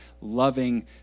loving